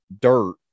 dirt